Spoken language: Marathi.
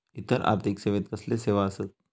इतर आर्थिक सेवेत कसले सेवा आसत?